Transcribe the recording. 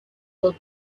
will